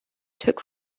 took